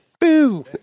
Boo